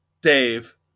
Dave